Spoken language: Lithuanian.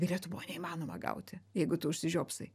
lietuvoj neįmanoma gauti jeigu tu užsižiopsai